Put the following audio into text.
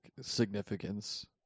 significance